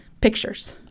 pictures